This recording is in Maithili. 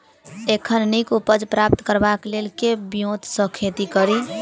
एखन नीक उपज प्राप्त करबाक लेल केँ ब्योंत सऽ खेती कड़ी?